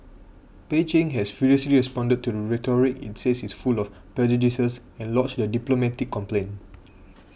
Beijing has furiously responded to the rhetoric it says is full of prejudices and lodged a diplomatic complaint